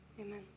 Amen